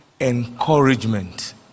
encouragement